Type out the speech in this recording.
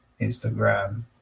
instagram